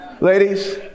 Ladies